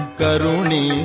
karuni